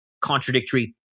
contradictory